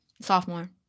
sophomore